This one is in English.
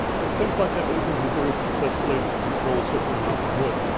but things like that, but again he's very successfully enrolled so far, knock on wood,